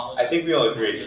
i think we all agree.